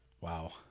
Wow